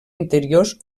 interiors